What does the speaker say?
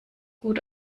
gut